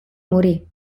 morì